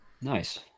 Nice